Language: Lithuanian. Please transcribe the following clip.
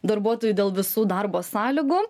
darbuotoju dėl visų darbo sąlygų